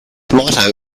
motto